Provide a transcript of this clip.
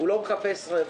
הוא לא מחפש רווח.